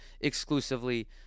exclusively